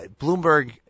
Bloomberg